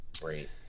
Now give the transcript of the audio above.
Great